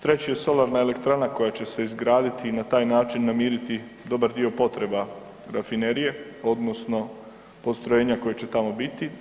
Treći je solarna elektrana koja će se izgraditi i na taj način namiriti dobar dio potreba rafinerije odnosno postrojenja koje će tamo biti.